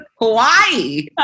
Hawaii